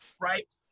right